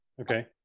Okay